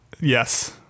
Yes